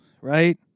right